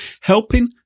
helping